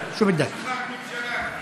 לפרוטוקול, גם מיקי רוזנטל בעד.